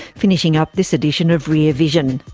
finishing up this edition of rear vision.